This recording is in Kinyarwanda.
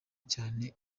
cyane